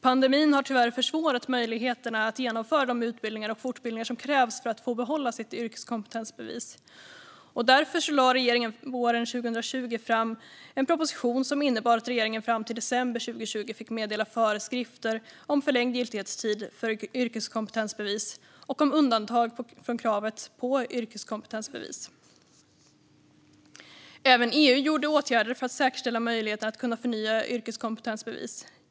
Pandemin har tyvärr försämrat möjligheterna att genomföra de utbildningar och fortbildningar som krävs för att föraren ska få behålla sitt yrkeskompetensbevis. Därför lade regeringen våren 2020 fram en proposition som innebar att regeringen fram till december 2020 fick meddela föreskrifter om förlängd giltighetstid för yrkeskompetensbevis och om undantag från kravet på yrkeskompetensbevis. Även EU vidtog åtgärder för att säkerställa möjligheten att förnya yrkeskompetensbevis.